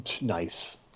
Nice